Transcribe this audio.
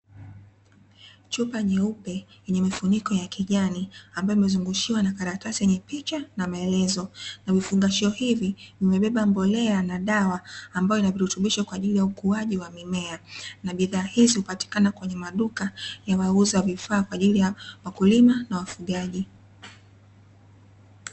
Chupa nyeupe yenye mifuniko ya kijani, ambayo imezungushiwa karatasi yenye picha na maelezo. na vifungashio hivi vimebeba mbolea na dawa ambazo ina virutubisho kwa ajili ya ukuaji wa mimea, na bidhaa hizi hupatikana kwenye maduka ya wauza vifaa kwa ajili ya wakulima na wafugaji.